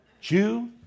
Jew